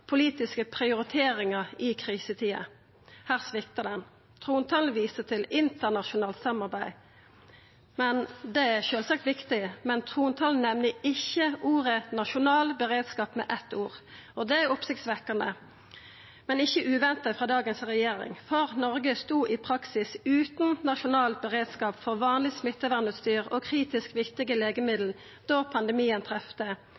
politiske prioriteringar i krisetider. Der svikta han. Trontalen viste til internasjonalt samarbeid. Det er sjølvsagt viktig, men orda «nasjonal beredskap» vart ikkje nemnde med eitt ord i trontalen. Det er oppsiktsvekkjande, men ikkje uventa frå dagens regjering. Noreg stod i praksis utan ein nasjonal beredskap for vanleg smittevernutstyr og kritisk viktige legemiddel da pandemien trefte